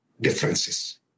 differences